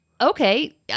Okay